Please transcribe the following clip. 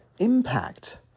impact